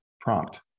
prompt